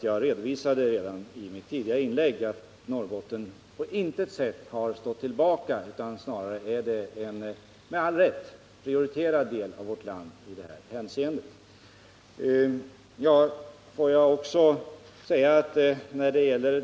Jag redovisade i mitt tidigare inlägg att Norrbotten på intet sätt har fått stå tillbaka utan snarare är en, med all rätt, prioriterad del av vårt land i detta hänseende.